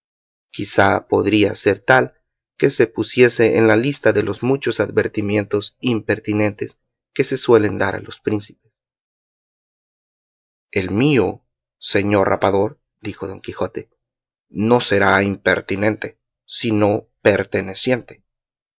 quizá podría ser tal que se pusiese en la lista de los muchos advertimientos impertinentes que se suelen dar a los príncipes el mío señor rapador dijo don quijote no será impertinente sino perteneciente